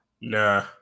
Nah